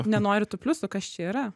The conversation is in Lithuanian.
nenori tų pliusų kas čia yra